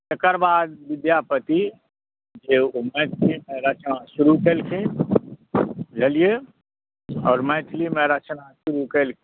एकर बाद विद्यापति जे मैथिली मे रचना शुरु केलखिन बुझलियै आओर मैथिलि मे रचना शुरु केलखिन